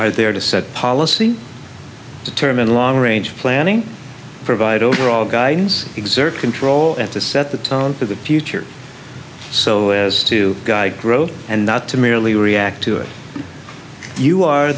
are there to set policy determine long range planning provide overall guidance exert control and to set the tone for the future so as to guy growth and not to merely react to it you are